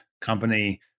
company